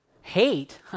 Hate